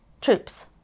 troops